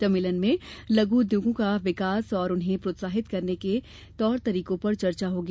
सम्मेलन में लघ् उद्योगों का विकास और उन्हें प्रोत्साहित करने के तौर तरीकों पर चर्चा होगी